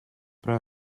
però